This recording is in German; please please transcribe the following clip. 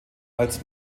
als